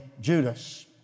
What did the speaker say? Judas